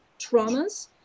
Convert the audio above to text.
traumas